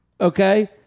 Okay